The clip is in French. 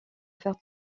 faire